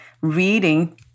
reading